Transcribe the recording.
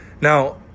Now